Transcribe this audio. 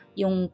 yung